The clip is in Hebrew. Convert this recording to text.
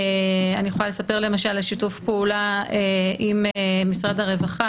אני יכולה לספר על שיתוף הפעולה עם משרד הרווחה